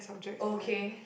okay